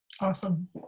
Awesome